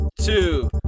two